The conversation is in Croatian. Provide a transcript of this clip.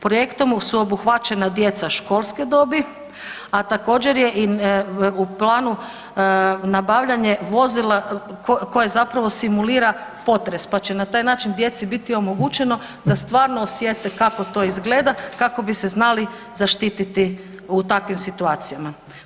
Projektom su obuhvaćena djeca školske dobi, a također je i u planu nabavljanje vozila koje zapravo simulira potres pa će na taj način djeci biti omogućeno da stvarno osjete kako to izgleda, kako bi se znali zaštiti u takvim situacijama.